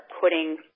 putting